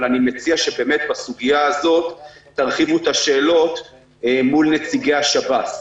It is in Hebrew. אבל אני מציע שבסוגיה הזאת תרחיבו את השאלות מול נציגי השב"ס.